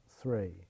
three